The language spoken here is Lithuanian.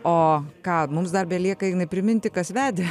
o ką mums dar belieka priminti kas vedė